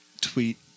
Tweet